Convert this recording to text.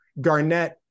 Garnett